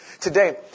Today